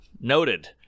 noted